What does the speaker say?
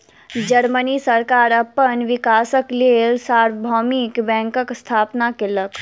Germany सरकार अपन विकासक लेल सार्वभौमिक बैंकक स्थापना केलक